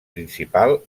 principal